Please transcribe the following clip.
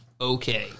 okay